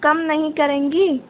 कम नहीं करेंगी